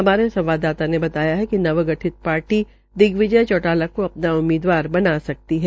हमारे संवाददाता ने बताया कि नव गठित ार्टी दिग्विजय चौटाला को अ ना उम्मीदवार बना सकती है